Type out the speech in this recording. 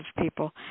people